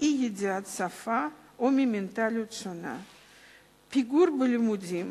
-ידיעת השפה או ממנטליות שונה, פיגור בלימודים